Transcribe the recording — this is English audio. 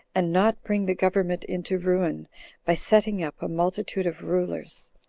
and not bring the government into ruin by setting up a multitude of rulers.